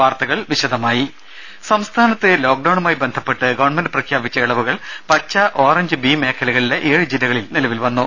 വാർത്തകൾ വിശദമായി സംസ്ഥാനത്ത് ലോക്ക്ഡൌണുമായി ബന്ധപ്പെട്ട് ഗവൺമെന്റ് പ്രഖ്യാപിച്ച ഇളവുകൾ പച്ച ഓറഞ്ച് ബി മേഖലകളിലെ ഏഴ് ജില്ലകളിൽ നിലവിൽ വന്നു